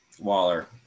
Waller